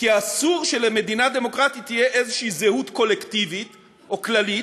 כי אסור שלמדינה דמוקרטית תהיה איזו זהות קולקטיבית או כללית,